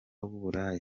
w’uburaya